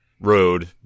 road